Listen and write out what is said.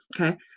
Okay